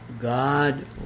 God